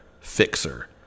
Fixer